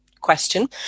question